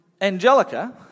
Angelica